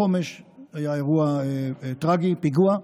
בחומש היה אירוע טרגי, פיגוע.